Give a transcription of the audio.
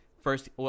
first